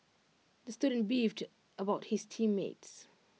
the student beefed about his team mates